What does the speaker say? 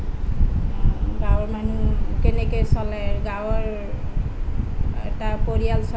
গাঁৱৰ মানুহ কেনেকৈ চলে গাঁৱৰ এটা পৰিয়াল চলিব লাগিলে বহুত